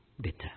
bitter